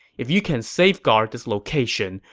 if you can safeguard this location,